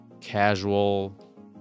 casual